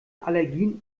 allergien